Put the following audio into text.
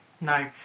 No